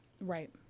right